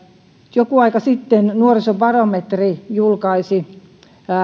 joku aika sitten nuorisobarometri julkaisi